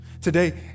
Today